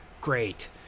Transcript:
great